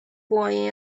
boy